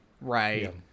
right